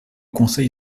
conseil